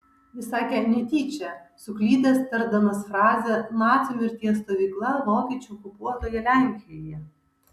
jis sakė netyčia suklydęs tardamas frazę nacių mirties stovykla vokiečių okupuotoje lenkijoje